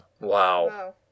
Wow